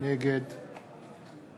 נגד